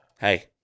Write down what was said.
Hey